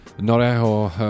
Norého